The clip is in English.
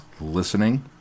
listening